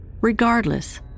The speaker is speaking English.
Regardless